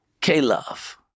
K-Love